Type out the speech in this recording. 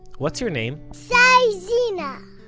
what's your name? shai zena!